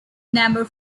number